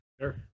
Sure